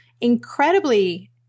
incredibly